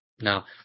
Now